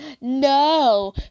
no